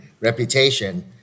reputation